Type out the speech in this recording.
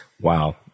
Wow